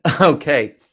Okay